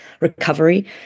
recovery